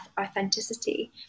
authenticity